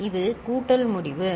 இது உள்ளது கூட்டல் முடிவு சரி